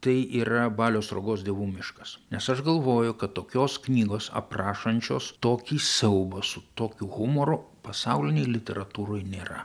tai yra balio sruogos dievų miškas nes aš galvoju kad tokios knygos aprašančios tokį siaubą su tokiu humoru pasaulinėj literatūroj nėra